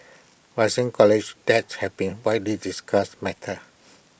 rising college debt have been widely discussed matter